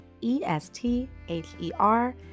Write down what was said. E-S-T-H-E-R